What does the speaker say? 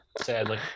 Sadly